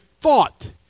thought